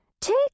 Take